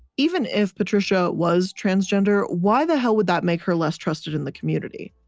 even if patricia was transgender, why the hell would that make her less trusted in the community?